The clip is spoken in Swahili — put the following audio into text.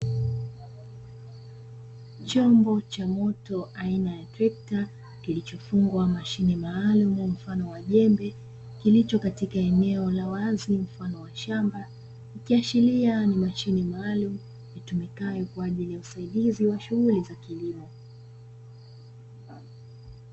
Chumbo cha moto aina ya trekta kilichofungwa mashine maalumu mfano wa jembe kilicho eneo la wazi mfano wa shamba, ikiashiria ni mashine maalumu itumikayo kwajili ya usaidizi wa shughuli za kilimo.